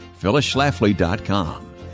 phyllisschlafly.com